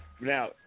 now